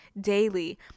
daily